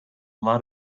lot